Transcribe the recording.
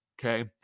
Okay